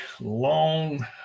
long